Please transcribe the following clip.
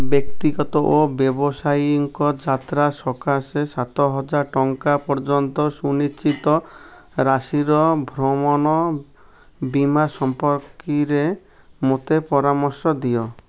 ବ୍ୟକ୍ତିଗତ ଓ ବ୍ୟାବସାୟିଙ୍କ ଯାତ୍ରା ସକାଶେ ସାତହଜାର ଟଙ୍କା ପର୍ଯ୍ୟନ୍ତ ସୁନିଶ୍ଚିତ ରାଶିର ଭ୍ରମଣ ବୀମା ସମ୍ପର୍କିରେ ମୋତେ ପରାମର୍ଶ ଦିଅ